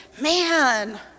man